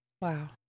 Wow